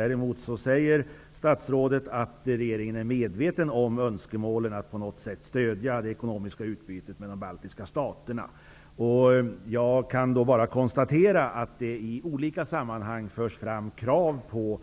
Däremot säger statsrådet att regeringen är medveten om önskemålen att på något sätt stödja det ekonomiska utbytet med de baltiska staterna. Jag kan konstatera att det i olika sammanhang förs fram krav på